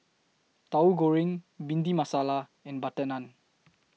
Tahu Goreng Bhindi Masala and Butter Naan